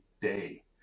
day